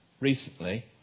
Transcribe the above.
recently